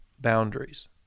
boundaries